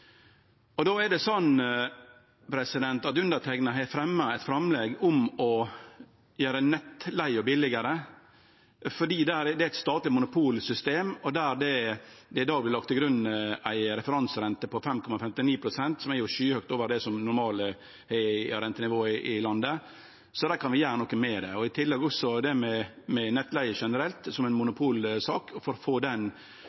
Då har det seg slik at underteikna har fremja eit framlegg om å gjere nettleige billigare, for der er det eit statleg monopolsystem der det i dag vert lagt til grunn ei referanserente på 5,59 pst., noko som er skyhøgt over det som er det normale rentenivået i landet. Så vi kan gjere noko med det. I tillegg kjem det med nettleige som ei monopolsak generelt og å få den